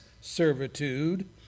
servitude